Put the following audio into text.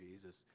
Jesus